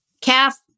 calf